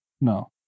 No